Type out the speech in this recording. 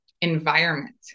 environment